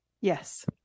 Yes